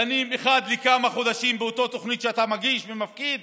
דנים אחת לכמה חודשים באותה התוכנית שאתה מגיש ומפקיד,